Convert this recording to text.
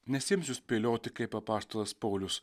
nesiimsiu spėlioti kaip apaštalas paulius